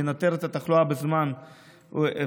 לנטר את התחלואה בזמן ומוקדם,